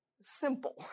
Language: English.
simple